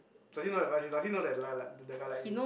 does he know that does he know that like like that guy like you